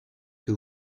que